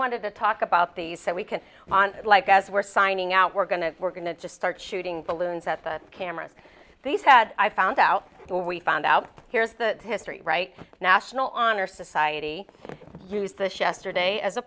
wanted to talk about these so we can on like as we're signing out we're going to we're going to just start shooting balloons at the cameras these had i found out we found out here's the history right national honor society use this yesterday as a